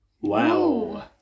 Wow